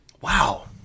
Wow